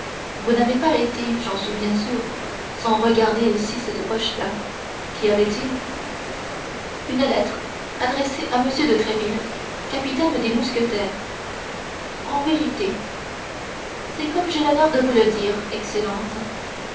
vous n'avez pas été j'en suis bien sûr sans regarder aussi cette poche là qu'y avait-il une lettre adressée à m de tréville capitaine des mousquetaires en vérité c'est comme j'ai l'honneur de vous le dire excellence